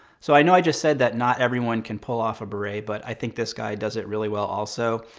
so i know i just said that not everyone can pull off a beret, but i think this guy does it really well also.